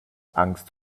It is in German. angst